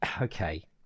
okay